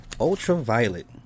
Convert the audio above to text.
Ultraviolet